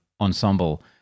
ensemble